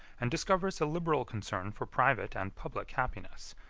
and discovers a liberal concern for private and public happiness,